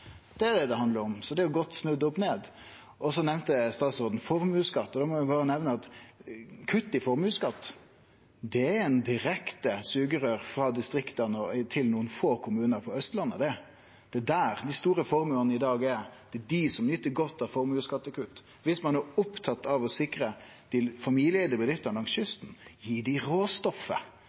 Det er det det handlar om. Så det er godt snudd opp ned. Så nemnde statsråden formuesskatt. Då må eg berre nemne at kutt i formuesskatt er eit direkte sugerøyr frå distrikta til nokre få kommunar på Austlandet. Det er der dei store formuane i dag er. Det er dei som nyter godt av formuesskattekutt. Dersom ein er opptatt av å sikre dei familieeigde bedriftene langs kysten: Gi dei råstoffet,